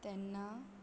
तेन्ना